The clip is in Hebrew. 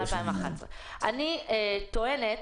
אני טוענת,